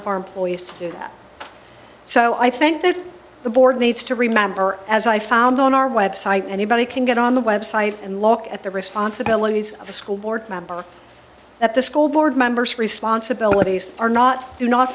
of our employees to do that so i think that the board needs to remember as i found on our website anybody can get on the website and look at the responsibilities of a school board member at the school board members responsibilities are not do not